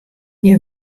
hja